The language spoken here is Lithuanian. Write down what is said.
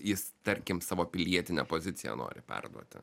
jis tarkim savo pilietinę poziciją nori perduoti